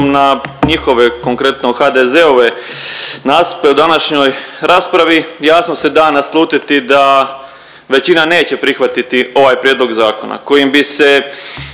na njihove, konkretno HDZ-ove nastupe u današnjoj raspravi, jasno se da naslutiti da većina neće prihvatiti ovaj Prijedlog zakona kojim bi se